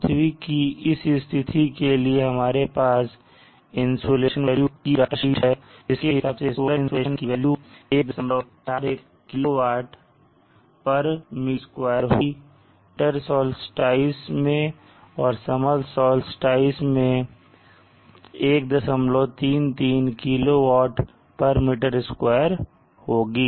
पृथ्वी की इस स्थिति के लिए हमारे पास इंसुलेशन वेल्यू की डाटा सीट है जिसके हिसाब से सोलर इंसुलेशन की वेल्यू 141 kWm2 होगी विंटर साल्स्टिस मैं और summer solstice summer solstice मैं 133 kWm2 होगी